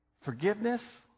forgiveness